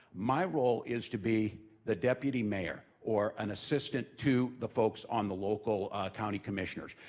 my role is to be the deputy mayor, or an assistant to the folks on the local county commissioners.